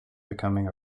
becoming